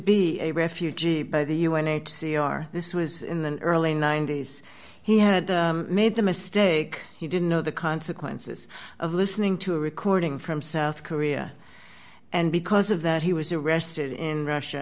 be a refugee by the u n h c r this was in the early ninety's he had made the mistake he didn't know the consequences of listening to a recording from south korea and because of that he was arrested in russia